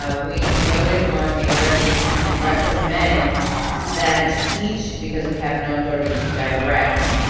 ah we voted on a resolution to recommend that each, because we have no authority to direct,